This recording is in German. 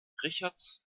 richards